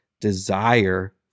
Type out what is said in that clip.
desire